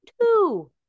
two